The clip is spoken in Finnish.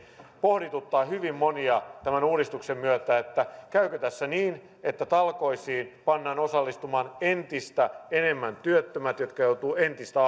pohdituttaa hyvin monia tämän uudistuksen myötä on käykö tässä niin että talkoisiin pannaan osallistumaan entistä enemmän työttömät jotka joutuvat entistä